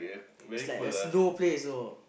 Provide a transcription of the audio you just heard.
it;s like a snow place know